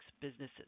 businesses